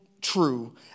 true